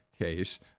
case